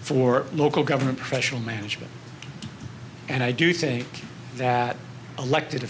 for local government professional management and i do think that elected